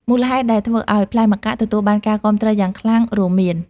មូលហេតុដែលធ្វើឲ្យផ្លែម្កាក់ទទួលបានការគាំទ្រយ៉ាងខ្លាំងរួមមាន